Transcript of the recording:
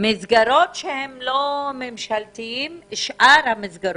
מסגרות שהם לא ממשלתיות, שאר המסגרות,